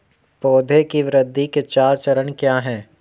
पौधे की वृद्धि के चार चरण क्या हैं?